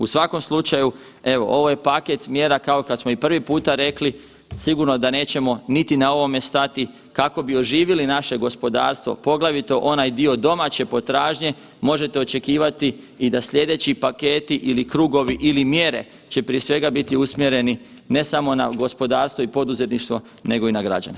U svakom slučaju, evo ovo je paket mjera kao kad smo i prvi puta rekli sigurno da nećemo niti na ovome stati kako bi oživili naše gospodarstvo, poglavito onaj dio domaće potražnje možete očekivati i da slijedeći paketi ili krugovi ili mjere će prije svega biti usmjereni ne samo na gospodarstvo i poduzetništvo, nego i na građane.